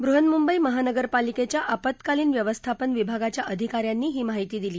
बृहन्मुंबई महानगरपालिकेच्या आपत्कालीन व्यवस्थापन विभागाच्या अधिका यांनी ही माहिती दिली